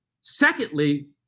Secondly